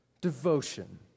devotion